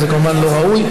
זה כמובן לא ראוי,